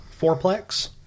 fourplex